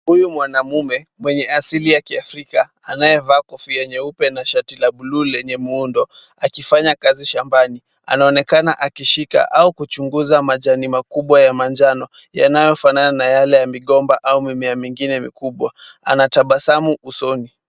Huyu mwanaume mwenye asili ya Kiafrika anayevaa kofia nyeupe na shati la buluu lenye muundo akifanya kazi shambani. Anaonekana akishika au kuchunguza majani makubwa ya manjano yanayofanana na ya migomba au mimea ingine mikubwa. Anatabasamu usoni.